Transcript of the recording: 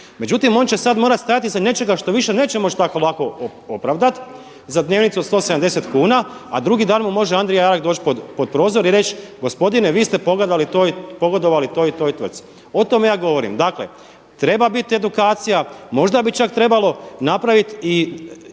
Međutim on će sada morati stajati iza nečega što više neće moći tako lako opravdati za dnevnicu od 170 kuna, a drugi dan mu može Andrija … doć pod prozor i reć gospodine vi ste pogodovali toj i toj tvrci. O tome ja govorim. Dakle treba biti edukcija, možda bi čak trebalo napraviti i